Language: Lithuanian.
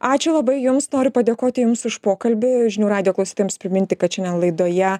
ačiū labai jums noriu padėkoti jums už pokalbį žinių radijo klausytojams priminti kad šiandien laidoje